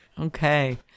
Okay